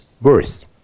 worth